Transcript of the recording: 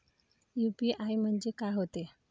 UPI म्हणजे का होते?